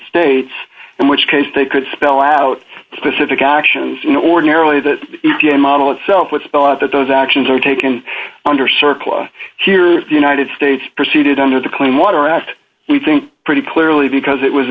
states in which case they could spell out specific actions in ordinarily that model itself which spell out that those actions are taken under surplus here of the united states proceeded under the clean water act we think pretty clearly because it was